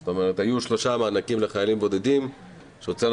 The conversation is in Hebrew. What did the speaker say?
זאת אומרת היו שלושה מענקים לחיילים בודדים שהוצאנו